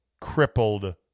crippled